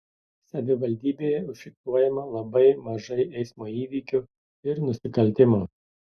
savivaldybėje užfiksuojama labai mažai eismo įvykių ir nusikaltimų